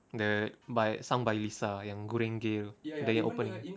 the by sung by lisa yang the opening